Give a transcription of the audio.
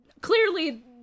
clearly